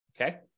okay